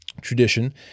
tradition